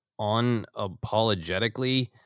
unapologetically